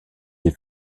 des